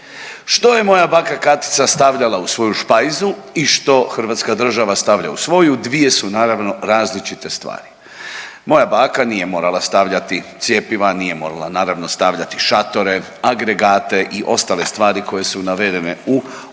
što je moja baka Katica stavljala u svoju špajzu i što Hrvatska država stavlja u svoju dvije su naravno različite stvari. Moja baka nije morala stavljati cjepiva, nije morala naravno stavljati šatore, agregate i ostale stvari koje su navedene u ovom